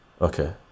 okay